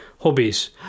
hobbies